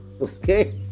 okay